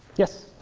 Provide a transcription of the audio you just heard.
yes?